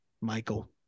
Michael